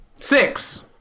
Six